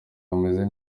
bameze